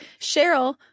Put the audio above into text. Cheryl